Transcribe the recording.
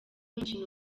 umukino